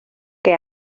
que